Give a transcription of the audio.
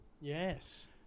Yes